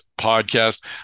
Podcast